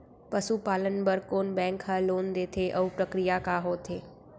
पसु पालन बर कोन बैंक ह लोन देथे अऊ प्रक्रिया का होथे?